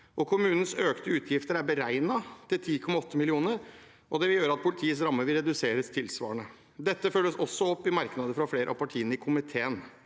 Kommunenes økte utgifter er beregnet til 10,8 mill. kr. Det vil gjøre at politiets rammer vil reduseres tilsvarende. Dette følges også opp i merknader fra flere av partiene i komiteen.